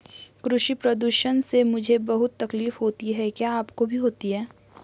कृषि प्रदूषण से मुझे बहुत तकलीफ होती है क्या आपको भी होती है